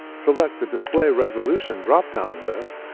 select the display resolution drop-down list,